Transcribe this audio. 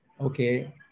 Okay